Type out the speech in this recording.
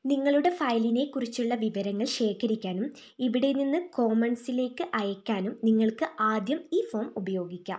നിങ്ങളുടെ ഫയലിനെ കുറിച്ചുള്ള വിവരങ്ങൾ ശേഖരിക്കാനും ഇവിടെ നിന്ന് കൊമന്റ്സിലേക്ക് അയക്കാനും നിങ്ങൾക്ക് ആദ്യം ഈ ഫോം ഉപയോഗിക്കാം